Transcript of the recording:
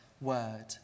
word